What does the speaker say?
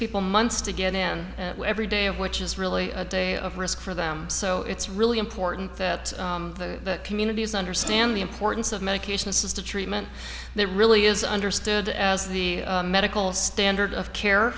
people months to get end every day which is really a day of risk for them so it's really important that the communities understand the importance of medications to treatment that really is understood as the medical standard of care